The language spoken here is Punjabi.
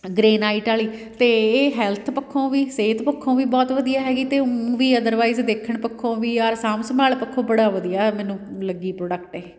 ਗ੍ਰੇਨਾਈਟ ਵਾਲੀ ਅਤੇ ਇਹ ਹੈਲਥ ਪੱਖੋਂ ਵੀ ਸਿਹਤ ਪੱਖੋਂ ਵੀ ਬਹੁਤ ਵਧੀਆ ਹੈਗੀ ਅਤੇ ਵੀ ਅਦਰਵਾਈਜ਼ ਦੇਖਣ ਪੱਖੋਂ ਵੀ ਔਰ ਸਾਂਭ ਸੰਭਾਲ ਪੱਖੋਂ ਬੜਾ ਵਧੀਆ ਮੈਨੂੰ ਲੱਗੀ ਪ੍ਰੋਡਕਟ ਇਹ